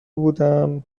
بودم